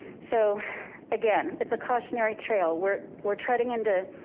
so again, it's a cautionary trail we're we're treading into